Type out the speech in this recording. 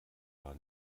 war